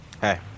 Hey